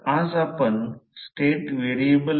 आता magnetic circuit सुरू होईल